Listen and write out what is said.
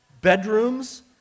bedrooms